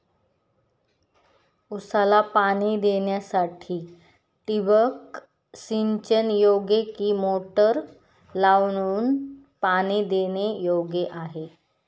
ऊसाला पाणी देण्यासाठी ठिबक सिंचन योग्य कि मोटर लावून पाणी देणे योग्य आहे?